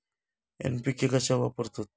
NPK कशाक वापरतत?